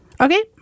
Okay